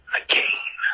again